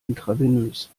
intravenös